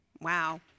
Wow